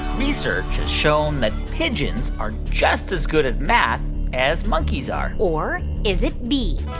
research has shown that pigeons are just as good at math as monkeys are? or is it b,